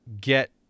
get